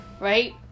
right